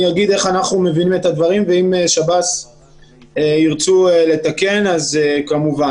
אני אגיד איך אנחנו מבינים את הדברים ואם שב"ס ירצו לתקן אז כמובן.